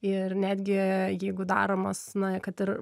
ir netgi jeigu daromas na kad ir